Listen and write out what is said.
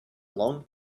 long